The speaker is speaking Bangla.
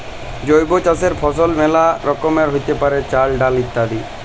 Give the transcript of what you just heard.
জৈব চাসের ফসল মেলা রকমেরই হ্যতে পারে, চাল, ডাল ইত্যাদি